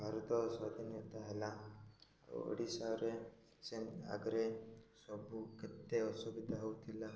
ଭାରତ ସ୍ୱାଧୀନତା ହେଲା ଆଉ ଓଡ଼ିଶାରେ ସେ ଆଗରେ ସବୁ କେତେ ଅସୁବିଧା ହେଉଥିଲା